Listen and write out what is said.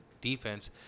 defense